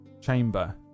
chamber